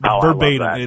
verbatim